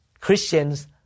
Christians